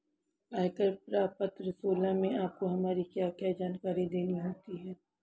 आयकर प्रपत्र सोलह में हमको हमारी क्या क्या जानकारी देनी होती है?